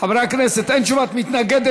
חברי הכנסת, אין תשובה ממשלה.